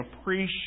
appreciate